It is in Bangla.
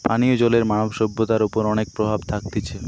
পানীয় জলের মানব সভ্যতার ওপর অনেক প্রভাব থাকতিছে